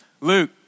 Luke